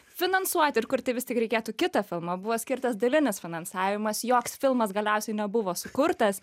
finansuoti ir kurti vis tik reikėtų kitą filmą buvo skirtas dalinis finansavimas joks filmas galiausiai nebuvo sukurtas